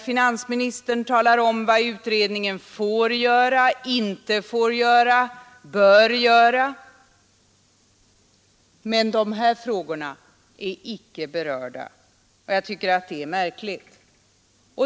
Finansministern talar om i detalj vad utredningen får göra, inte får göra och bör göra, men de här frågorna är icke berörda. Jag tycker att det är märkligt.